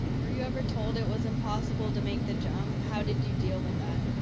were you ever told it was impossible to make the jump? how did you deal with that?